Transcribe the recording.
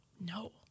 no